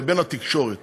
ובין התקשורת